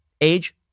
age